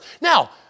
Now